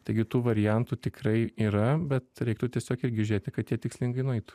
taigi tų variantų tikrai yra bet reiktų tiesiog irgi žiūrėti kad jie tikslingai nueitų